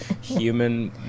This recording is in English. human